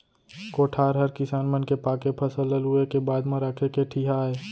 कोठार हर किसान मन के पाके फसल ल लूए के बाद म राखे के ठिहा आय